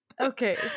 Okay